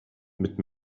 mit